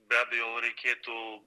be abejo reikėtų